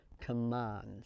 commands